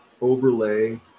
overlay